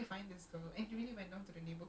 who is sending them